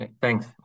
Thanks